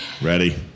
Ready